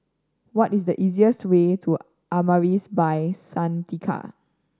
what is the easiest way to Amaris By Santika